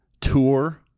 tour